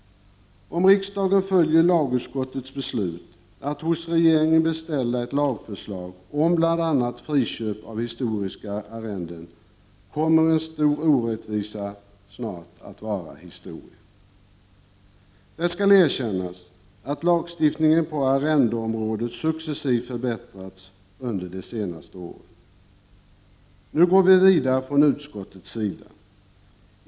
Om riksdagen bifaller lagutskottets hemställan, att hos regeringen beställa ett lagförslag om bl.a. friköp av historiska arrenden, kommer en stor orättvisa snart att vara historia. Det skall erkännas att lagstiftningen på arrendeområdet successivt förbättrats under de senaste åren. Nu går vi vidare från utskottets sida.